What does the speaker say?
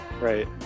Right